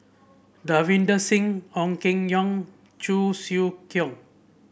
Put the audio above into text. Davinder Singh Ong Keng Yong Cheong Siew Keong